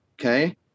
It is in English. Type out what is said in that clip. Okay